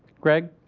greg?